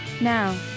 Now